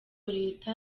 leta